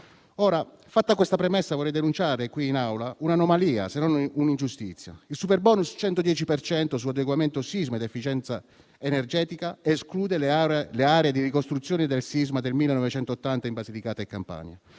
casa. Fatta questa premessa, vorrei denunciare qui in Aula un'anomalia, se non un'ingiustizia: il superbonus al 110 per cento sull'adeguamento sismico e l'efficienza energetica esclude le aree di ricostruzione del sisma del 1980 in Basilicata e Campania,